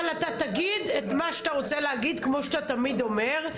אבל אתה תגיד את מה שאתה רוצה להגיד כמו שאתה תמיד אומר,